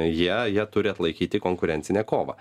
jie jie turi atlaikyti konkurencinę kovą